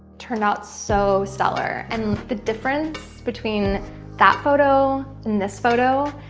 turned out so stellar. and the difference between that photo and this photo,